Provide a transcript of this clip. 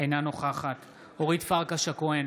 אינה נוכחת אורית פרקש הכהן,